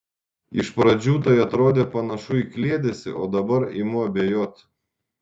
iš pradžių tai atrodė panašu į kliedesį o dabar imu abejot